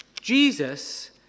Jesus